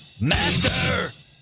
master